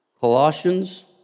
Colossians